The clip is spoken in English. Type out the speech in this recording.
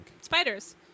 Spiders